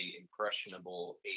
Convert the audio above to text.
impressionable